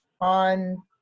on